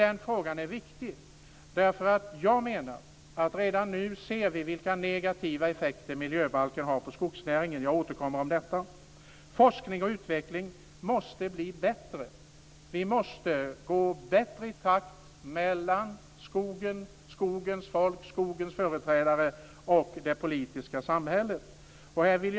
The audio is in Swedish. Den frågan är viktig. Jag menar nämligen att vi redan nu ser vilka negativa effekter miljöbalken har på skogsnäringen. Jag återkommer till det. Forskning och utveckling måste bli bättre. Skogens folk och företrädare och det politiska samhället måste vara bättre på att gå i takt.